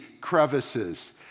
crevices